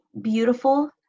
beautiful